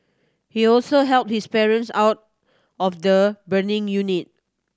he also helped his parents out of the burning unit